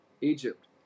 Egypt